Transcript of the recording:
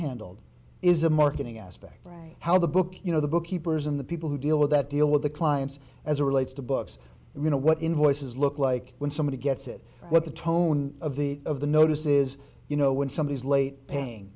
handled is a marketing aspect how the book you know the book keepers and the people who deal with that deal with the clients as a relates to books and you know what invoices look like when somebody gets it what the tone of the of the notice is you know when somebody is late paying